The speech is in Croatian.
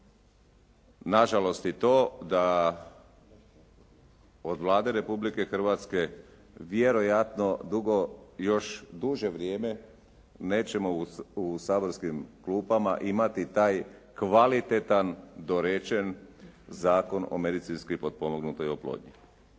nažalost i to da od Vlade Republike Hrvatske vjerojatno dugo, još duže vrijeme nećemo u saborskim klupama imati taj kvalitetan dorečen zakon o medicinski potpomognutoj oplodnji.